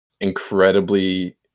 incredibly